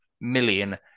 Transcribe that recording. million